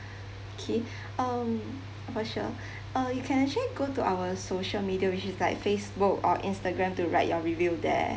okay um for sure uh you can actually go to our social media which is like facebook or instagram to write your review there